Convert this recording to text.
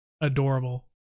adorable